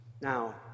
Now